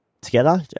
together